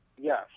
Yes